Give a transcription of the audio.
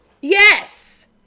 Yes